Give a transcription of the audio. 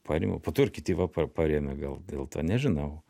parėmiau po to ir kiti va pa parėmė gal dėl to nežinau